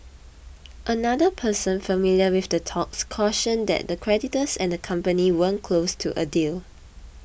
another person familiar with the talks cautioned that the creditors and the company weren't close to a deal